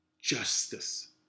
justice